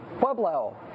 Pueblo